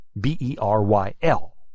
B-E-R-Y-L